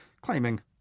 claiming